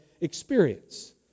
experience